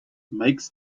makes